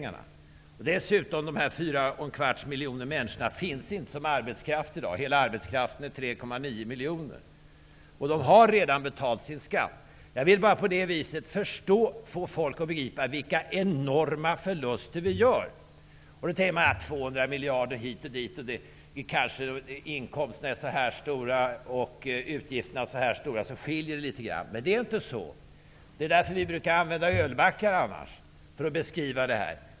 Dessutom finns inte dessa fyra och en kvarts miljon människor som arbetskraft i dag -- hela arbetskraften är 3,9 miljoner. Och de människorna har redan betalat sin skatt. Jag vill på det här viset bara försöka få folk att begripa vilka enorma förluster vi gör. Man tänker kanske att 200 miljarder hit eller dit inte spelar så stor roll; det kanske innebär att det skiljer litet grand mellan inkomsternas storlek och utgifternas. Men det är inte så! Det är därför vi brukar använda ölbackar för att beskriva det här.